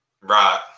Right